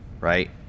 right